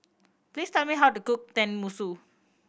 please tell me how to cook Tenmusu